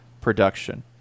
production